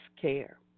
care